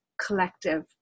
collective